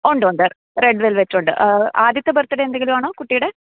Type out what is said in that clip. ഉണ്ട് ഉണ്ട് red velvet ഉണ്ട് ആദ്യത്തെ ബർത്ത് ഡേ എന്തെങ്കിലും ആണോ കുട്ടിയുടെ